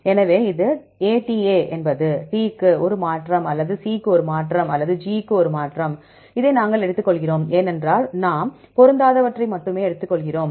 எனவே இது ATA என்பது T க்கு ஒரு மாற்றம் அல்லது C க்கு ஒரு மாற்றம் அல்லது G க்கு ஒரு மாற்றம் இதை நாங்கள் எடுத்துக்கொள்கிறோம் ஏனென்றால் நாம் பொருந்தாதவற்றை மட்டுமே எடுத்துக்கொள்கிறோம்